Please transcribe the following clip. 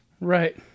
Right